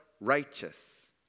righteous